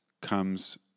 comes